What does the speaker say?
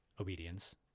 obedience